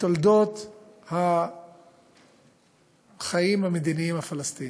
בתולדות החיים המדיניים הפלסטיניים.